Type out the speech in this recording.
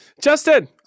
Justin